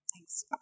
Thanks